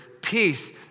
peace